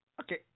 Okay